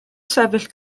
sefyll